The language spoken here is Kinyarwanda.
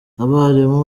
abarimu